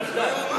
מחדל.